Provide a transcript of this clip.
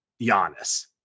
Giannis